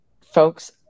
folks